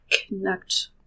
connect